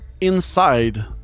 inside